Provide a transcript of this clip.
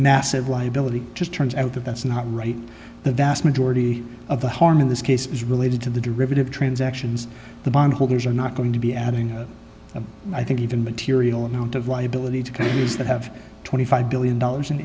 nassib liability just turns out that that's not right the vast majority of the harm in this case is related to the derivative transactions the bond holders are not going to be adding i think even material amount of liability to companies that have twenty five billion dollars in